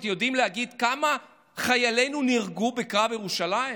יודעים להגיד כמה מחיילינו נהרגו בקרב ירושלים?